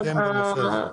איפה אתם בנושא הזה?